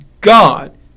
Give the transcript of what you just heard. God